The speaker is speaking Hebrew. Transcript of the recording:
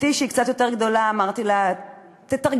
בתי,